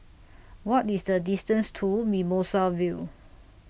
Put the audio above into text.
What IS The distance to Mimosa Vale